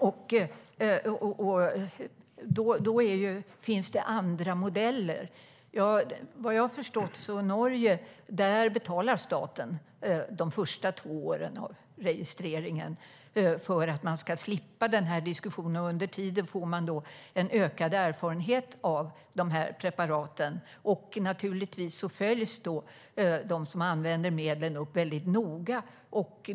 Det finns andra modeller. I Norge betalar staten, vad jag har förstått, under de första två åren av registreringen, för att slippa den diskussionen. Under tiden får man då ökad erfarenhet av preparaten. Naturligtvis följs de som använder medlen upp noga.